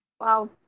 Wow